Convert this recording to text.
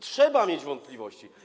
Trzeba mieć wątpliwości.